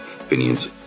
opinions